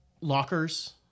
lockers